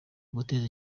guteza